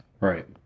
Right